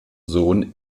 sohn